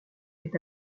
est